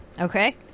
Okay